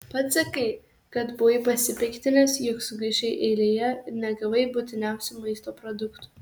pats sakai kad buvai pasipiktinęs jog sugaišai eilėje ir negavai būtiniausių maisto produktų